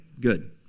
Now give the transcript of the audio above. good